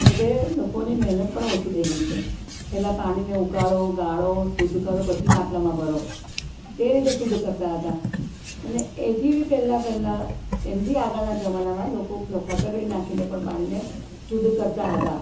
એટલે લોકોની મહેનત પણ ઓછી થઈ ગઈ છે પહેલાં પાણીને ઉકાળો ગાળો શુદ્ધ કરો પછી માટલામાં ભરો તે રીતે શુદ્ધ કરતા હતા અને એથી બી પહેલાં પહેલાં એનાથી આગળના જમાનામાં લોકો ફટકડી નાખીને પણ પાણીને શુદ્ધ કરતા હતા